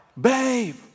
babe